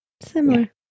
Similar